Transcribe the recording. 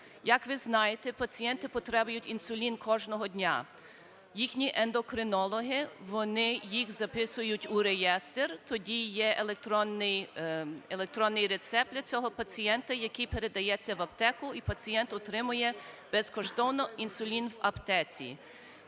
Як ви знаєте, пацієнти потребують інсулін кожного дня, їхні ендокринологи, вони їх записують у реєстр, тоді є електронний рецепт для цього пацієнта, який передається в аптеку, і пацієнт отримує безкоштовно інсулін в аптеці.